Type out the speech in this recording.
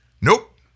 Nope